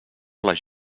les